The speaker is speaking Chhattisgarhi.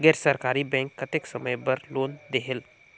गैर सरकारी बैंक कतेक समय बर लोन देहेल?